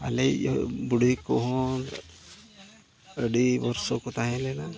ᱟᱞᱮᱭᱤᱡ ᱵᱩᱰᱷᱤ ᱠᱚᱦᱚᱸ ᱟᱹᱰᱤ ᱵᱚᱨᱥᱚ ᱠᱚ ᱛᱟᱦᱮᱸ ᱞᱮᱱᱟ